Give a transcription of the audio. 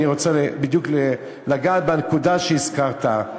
אני רוצה לגעת בדיוק בנקודה שהזכרת,